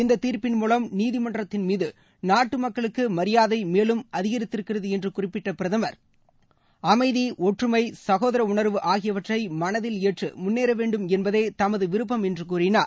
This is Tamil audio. இந்த தீர்ப்பின்மூலம் நீதிமன்றத்தின் மீது நாட்டு மக்களுக்கு மரியாதை மேலும் அதிகரித்திருக்கிறது என்று குறிப்பிட்ட பிரதுர் அமைதி ஒற்றுமை சகோதரஉணர்வு ஆகியவற்றை மனதில் ஏற்று முன்னேற வேண்டும் என்பதே தமது விருப்பம் என்று கூறினார்